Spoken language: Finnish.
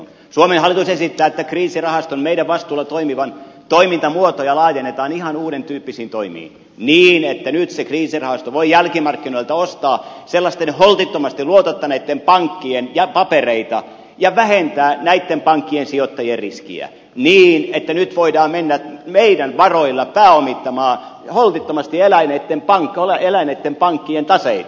suomen hallitus esittää että kriisirahaston meidän vastuullamme toimivan toimintamuotoja laajennetaan ihan uuden tyyppisiin toimiin niin että nyt se kriisirahasto voi jälkimarkkinoilta ostaa sellaisten holtittomasti luotottaneitten pankkien papereita ja vähentää näitten pankkien sijoittajien riskiä niin että nyt voidaan mennä meidän varoillamme pääomittamaan holtittomasti eläneitten pankkien taseita